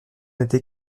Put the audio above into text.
n’était